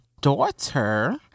daughter